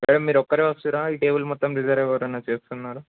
madam మీరు ఒకరు వస్తారా ఈ టేబుల్ మొత్తం రిజర్వ్ ఎవరన్న చేస్తున్నారా